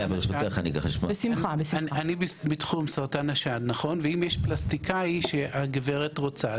אם יש פלסטיקאי שהגברת רוצה,